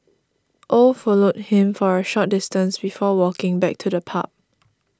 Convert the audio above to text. oh followed him for a short distance before walking back to the pub